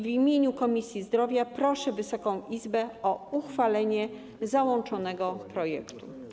W imieniu Komisji Zdrowia proszę Wysoką Izbę o uchwalenie załączonego projektu.